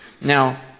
Now